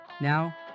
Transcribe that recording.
Now